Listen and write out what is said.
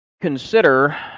consider